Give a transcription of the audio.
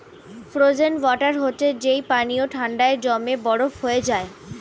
frozen water হচ্ছে যেই পানি ঠান্ডায় জমে বরফ হয়ে যায়